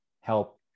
help